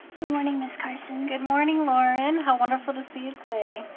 good morning, ms. carson. good morning, lauren, how wonderful to see you today.